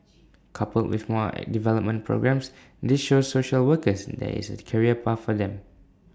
coupled with more developmental programmes this shows social workers there is A career pathway for them